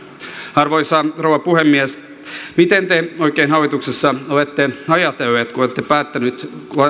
arvoisa rouva puhemies mitä te oikein hallituksessa olette ajatelleet kun olette päättäneet